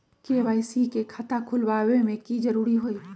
KYC के खाता खुलवा में की जरूरी होई?